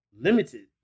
limited